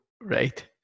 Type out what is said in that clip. Right